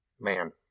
Man